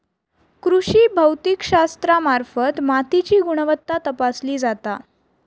कृषी भौतिकशास्त्रामार्फत मातीची गुणवत्ता तपासली जाता